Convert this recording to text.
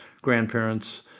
grandparents